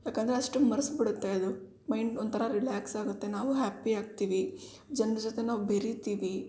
ಯಾಕಂದರೆ ಅಷ್ಟು ಮರ್ಸ್ಬಿಡತ್ತೆ ಅದು ಮೈಂಡ್ ಒಂಥರ ರಿಲ್ಯಾಕ್ಸ್ ಆಗುತ್ತೆ ನಾವು ಹ್ಯಾಪ್ಪಿ ಆಗ್ತೀವಿ ಜನ್ರ ಜೊತೆ ನಾವು ಬೆರೀತೀವಿ